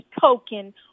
token